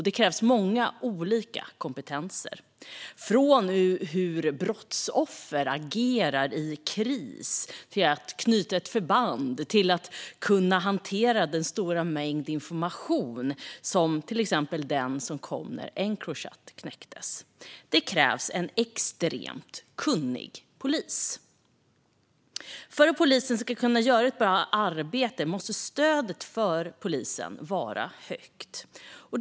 Det krävs många olika kompetenser, från hur brottsoffer reagerar i kris och att knyta ett förband till att hantera en stor mängd information, som den som kom när Encrochat knäcktes. Det krävs en extremt kunnig polis. För att polisen ska kunna göra ett bra arbete måste stödet för polisen vara stort.